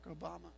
Obama